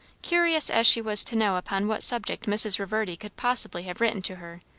curious as she was to know upon what subject mrs. reverdy could possibly have written to her,